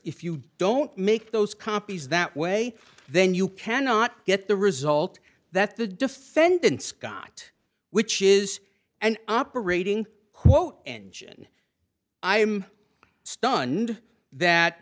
if you don't make those copies that way then you cannot get the result that the defendants got which is and operating what engine i am stunned that